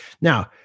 Now